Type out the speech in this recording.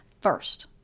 first